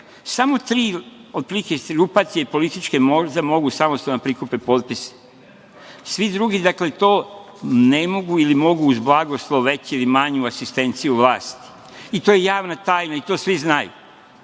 samo tri, otprilike, grupacije političke možda mogu samostalno da prikupe potpis. Svi drugi, dakle, to ne mogu ili mogu uz blagoslov, veći ili manji, uz asistenciju vlasti i to je javna tajna i to svi znaju.